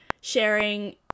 sharing